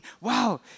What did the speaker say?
wow